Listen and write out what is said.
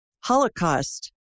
Holocaust